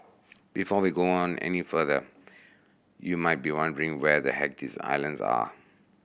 before we go on any further you might be wondering where the heck these islands are